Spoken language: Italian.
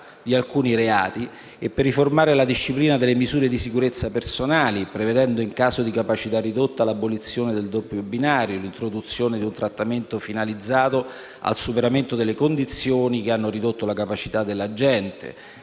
di alcuni reati e per riformare la disciplina delle misure di sicurezza personali, prevedendo, in caso di capacità ridotta, l'abolizione del doppio binario e l'introduzione di un trattamento sanzionatorio finalizzato al superamento delle condizioni che hanno ridotto la capacità dell'agente,